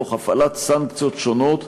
תוך הפעלת סנקציות שונות,